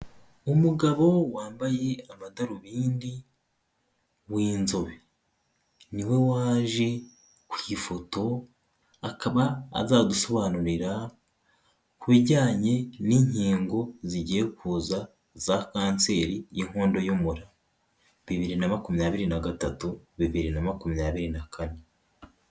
Umugabo wambaye amadarubindi w'inzobe. Ni we waje ku ifoto, akaba azadusobanurira ku bijyanye n'inkingo zigiye kuza za kanseri y'inkondo y'umura, bibiri na makumyabiri na gatatu, bibiri na makumyabiri na kane.